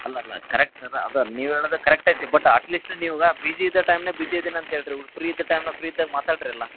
ಅಲ್ಲ ಅಲ್ಲ ಕರೆಕ್ಟ್ ಅದೆ ಅದು ನೀವು ಹೇಳೋದು ಕರೆಕ್ಟ್ ಐತೆ ಬಟ್ ಅಟ್ಲೀಸ್ಟ್ ನೀವು ಈಗ ಬಿಝಿ ಇದ್ದ ಟೈಮ್ನಾಗಗೆ ಬಿಝಿ ಇದಿನಂತ ಹೇಳ್ರಿ ಉ ಫ್ರೀ ಇದ್ದ ಟೈಮ್ನಾಗೆ ಫ್ರೀ ಇದ್ದಾಗ ಮಾತಾಡ್ರಲ್ಲ